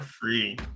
free